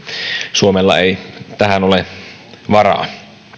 suomella ei tähän ole varaa